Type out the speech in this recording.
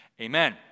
amen